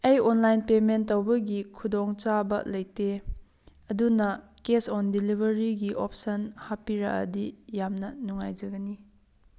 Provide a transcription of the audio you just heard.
ꯑꯩ online payment ꯇꯧꯕꯒꯤ ꯈꯨꯗꯣꯡꯆꯥꯕ ꯂꯩꯇꯦ ꯑꯗꯨꯅ ꯀꯦꯁ ꯑꯣꯟ ꯗꯦꯂꯤꯕꯔꯤꯒꯤ ꯑꯣꯞꯁꯟ ꯍꯥꯞꯄꯤꯔꯛꯑꯗꯤ ꯌꯥꯝꯅ ꯅꯨꯡꯉꯥꯏꯖꯒꯅꯤ